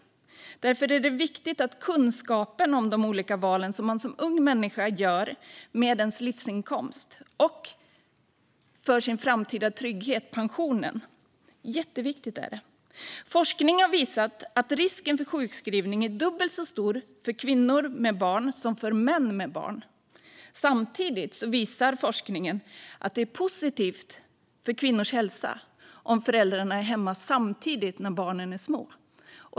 Därför är det viktigt med kunskap om vad de olika val man som ung människa gör betyder för ens livsinkomst och framtida trygghet, alltså pensionen. Det är jätteviktigt. Forskning har visat att risken för sjukskrivning är dubbelt så stor för kvinnor med barn än för män med barn. Samtidigt visar forskningen att det är positivt för kvinnors hälsa om föräldrarna är hemma samtidigt när barnen är små.